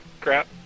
Crap